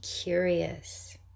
curious